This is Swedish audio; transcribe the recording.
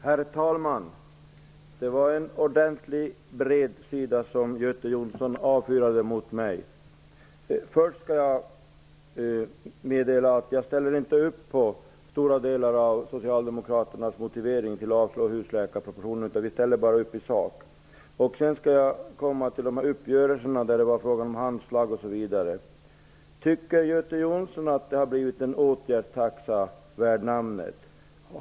Herr talman! Det var en ordentlig bredsida som Göte Jonsson avfyrade mot mig. Först skall jag meddela att vi inte står bakom större delen av Socialdemokraternas motiv för att avslå husläkarpropositionen, utan vi ställer bara upp i sak. Därefter kommer jag till uppgörelserna, där det var fråga om handslag osv. Tycker Göte Jonsson att det har blivit en åtgärdstaxa värd namnet?